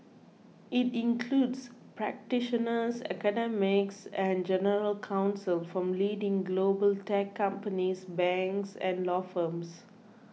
it includes practitioners academics and general counsel from leading global tech companies banks and law firms